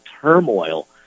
turmoil